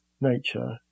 nature